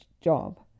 job